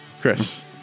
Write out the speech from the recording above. chris